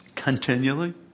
Continually